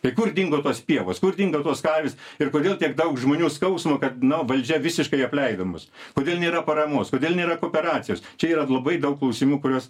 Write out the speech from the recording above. tai kur dingo tos pievos kur dingo tos karvės ir kodėl tiek daug žmonių skausmo kad nu valdžia visiškai apleido mus kodėl nėra paramos kodėl nėra kooperacijos čia yra labai daug klausimų kuriuos